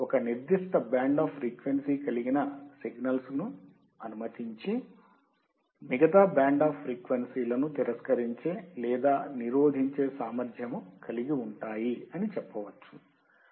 ఒక నిర్దిష్ట band of frequency కలిగిన సిగ్నల్స్ను అనుమతించి మిగతా బ్యాండ్ అఫ్ ఫ్రీక్వెన్సీలను తిరస్కరించే లేదా నిరోధించే సామర్థ్యము కలిగివుంటాయి అని చెప్పవచ్చు